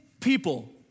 people